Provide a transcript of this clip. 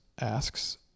asks